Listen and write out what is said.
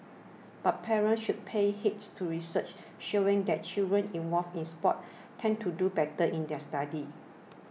but parents should pay heed to research showing that children involved in sports tend to do better in their studies